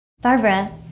Barbara